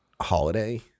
holiday